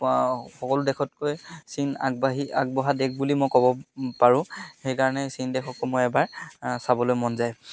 সকলো দেশতকৈ চীন আগবাঢ়ি আগবঢ়া দেশ বুলি মই ক'ব পাৰোঁ সেইকাৰণে চীন দেশক সময় এবাৰ চাবলৈ মন যায়